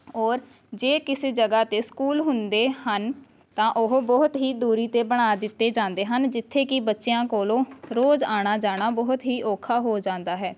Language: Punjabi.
ਔਰ ਜੇ ਕਿਸੇ ਜਗ੍ਹਾ 'ਤੇ ਸਕੂਲ ਹੁੰਦੇ ਹਨ ਤਾਂ ਉਹ ਬਹੁਤ ਹੀ ਦੂਰੀ 'ਤੇ ਬਣਾ ਦਿੱਤੇ ਜਾਂਦੇ ਹਨ ਜਿੱਥੇ ਕਿ ਬੱਚਿਆਂ ਕੋਲੋਂ ਰੋਜ਼ ਆਉਣਾ ਜਾਣਾ ਬਹੁਤ ਹੀ ਔਖਾ ਹੋ ਜਾਂਦਾ ਹੈ